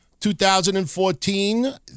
2014